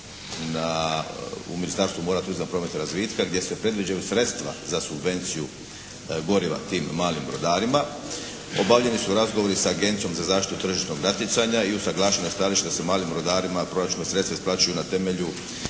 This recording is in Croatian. u Ministarstvu mora, turizma, prometa i razvitka gdje se predviđaju sredstva za subvenciju goriva tim malim brodarima. Obavljeni su razgovori sa Agencijom za zaštitu tržišnog natjecanja i usaglašeno je stajalište da se malim brodarima proračunska sredstva isplaćuju na temelju